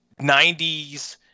90s